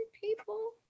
people